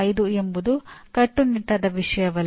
05 ಎಂಬುದು ಕಟ್ಟುನಿಟ್ಟಾದ ವಿಷಯವಲ್ಲ